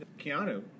Keanu